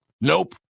Nope